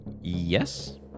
Yes